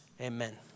Amen